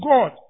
God